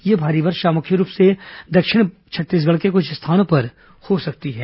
यह भारी वर्षा मुख्य रूप से दक्षिण छत्तीसगढ़ के कुछ स्थानों पर हो सकती है